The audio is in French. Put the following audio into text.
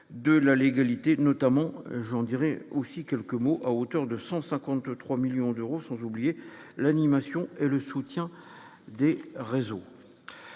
de la légalité, notamment j'en dirai aussi quelques mots à hauteur de 153 millions d'euros, sans oublier l'animation et le soutien des réseaux